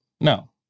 No